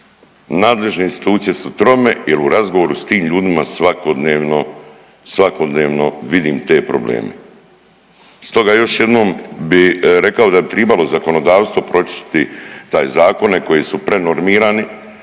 nadležne institucije su trome jer u razgovoru s tim ljudima svakodnevno, svakodnevno vidim te probleme. Stoga još jednom bi da bi tribalo zakonodavstvo pročistiti taj zakone koji su prenormirani,